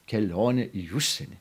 kelionę į užsienį